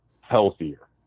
healthier